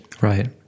Right